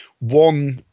one